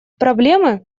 проблемы